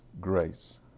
grace